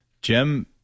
Jim